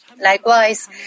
Likewise